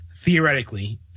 theoretically